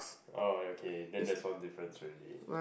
oh yeah okay then that's one difference already